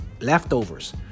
leftovers